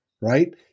right